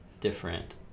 different